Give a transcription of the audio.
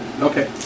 Okay